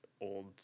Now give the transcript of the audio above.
old